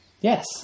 Yes